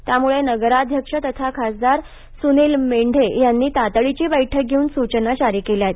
त्यामुळे नगराध्यक्ष तथा खासदार सुनील मेंढे यांनी तातडीची बैठक घेऊन सूचना जारी केल्या आहेत